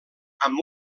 amb